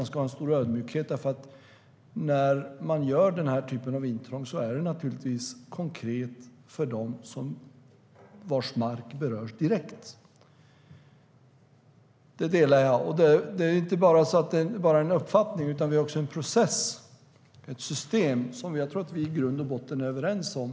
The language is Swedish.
Man ska ha en stor ödmjukhet därför att vid den här typen av intrång är den konkret för dem vilkas mark berörs direkt. Det är inte bara en uppfattning, utan det är också ett system som jag tror att vi i grund och botten är överens om.